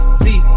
see